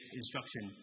instruction